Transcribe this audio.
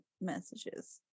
messages